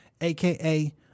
aka